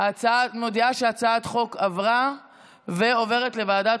אני מודיעה שהצעת החוק עברה ועוברת לוועדת